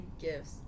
gifts